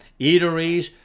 eateries